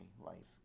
life